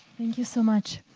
thank you so much.